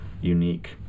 unique